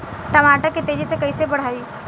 टमाटर के तेजी से कइसे बढ़ाई?